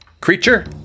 creature